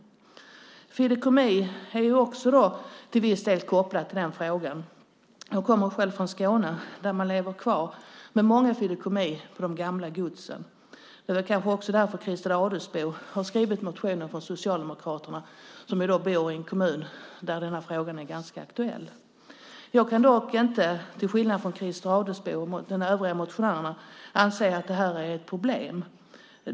Frågan om fideikommiss är också till viss del kopplad till den frågan. Jag kommer själv från Skåne där man lever kvar med många fideikommiss på de gamla godsen. Det är kanske också därför som Christer Adelsbo, som bor i en kommun där denna fråga är ganska aktuell, har skrivit motionen från Socialdemokraterna. Jag kan dock inte, till skillnad från Christer Adelsbo och de övriga motionärerna, anse att detta är ett problem.